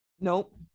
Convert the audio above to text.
nope